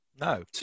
no